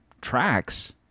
tracks